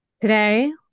Today